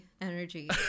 energy